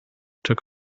took